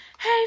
Hey